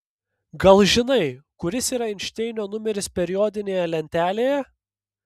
gal žinai kuris yra einšteinio numeris periodinėje lentelėje